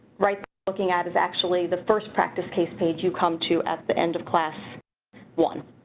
right looking at is actually the first practice case page you come to at the end of class one.